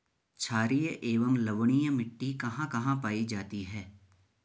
छारीय एवं लवणीय मिट्टी कहां कहां पायी जाती है?